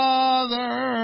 Father